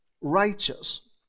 righteous